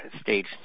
stage